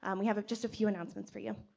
um we have just a few announcements for you.